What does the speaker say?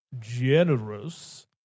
generous